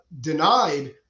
denied